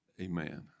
Amen